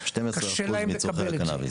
וקשה להם לקבל את זה.